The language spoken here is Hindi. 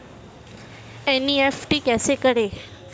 एन.ई.एफ.टी कैसे करें?